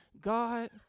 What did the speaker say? God